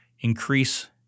increase